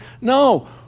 No